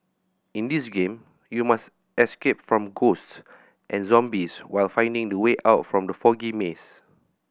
in this game you must escape from ghosts and zombies while finding the way out from the foggy maze